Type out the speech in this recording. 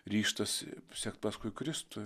ryžtas sekt paskui kristų